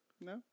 No